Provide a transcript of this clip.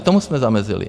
I tomu jsme zamezili.